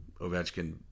Ovechkin